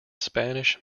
spanish